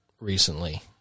recently